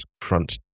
front